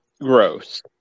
gross